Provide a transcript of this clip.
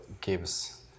gives